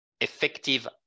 effective